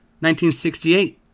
1968